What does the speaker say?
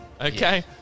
okay